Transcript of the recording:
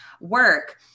work